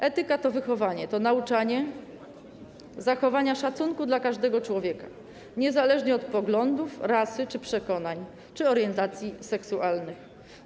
Etyka to wychowanie, to nauczanie zachowania szacunku dla każdego człowieka, niezależnie od poglądów, rasy, przekonań czy orientacji seksualnej.